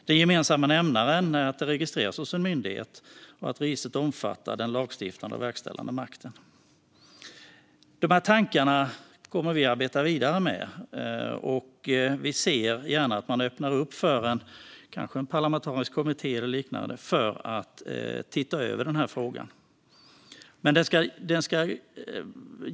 Den gemensamma nämnaren är att det registreras hos en myndighet och att registret omfattar den lagstiftande och verkställande makten. De här tankarna kommer vi att arbeta vidare med. Vi ser gärna att man öppnar upp för en parlamentarisk kommitté eller liknande för att titta över den här frågan.